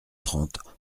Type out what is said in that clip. trente